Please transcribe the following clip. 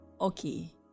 okay